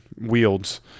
wields